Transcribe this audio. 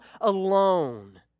alone